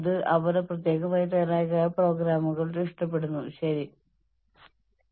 കൂടാതെ നിങ്ങൾ എല്ലാ ആഴ്ചയിലും അല്ലെങ്കിൽ ഓരോ രണ്ടാഴ്ചയിലും അല്ലെങ്കിൽ ഓരോ മൂന്നാഴ്ചയിലും എന്താണ് ചെയ്തതെന്ന് നിങ്ങൾ കാണുന്നു